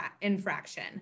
infraction